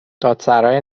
دادسرای